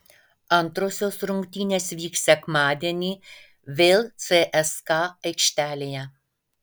antrosios rungtynės vyks sekmadienį vėl cska aikštelėje